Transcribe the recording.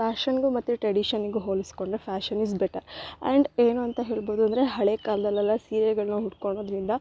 ಫ್ಯಾಶನ್ಗು ಮತ್ತು ಟ್ರಡಿಷನಿಗು ಹೊಲಿಸ್ಕೊಂಡ್ರೆ ಫ್ಯಾಶನ್ ಇಸ್ ಬೆಟರ್ ಆ್ಯಂಡ್ ಏನು ಅಂತ ಹೇಳ್ಬೌದು ಅಂದರೆ ಹಳೇ ಕಾಲದಲ್ಲೆಲ್ಲ ಸೀರೆಗಳನ್ನ ಉಟ್ಕೊಳ್ಳೋದ್ರಿಂದ